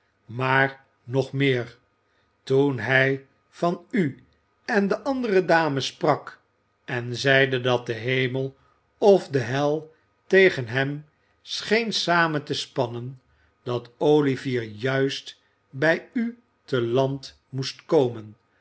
maar nog meer toen hij van u en de andere dame sprak en zeide dat de hemel of de hel tegen hem scheen samen te spannen dat olivier juist bij u te land moest komen